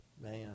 Man